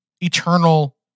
eternal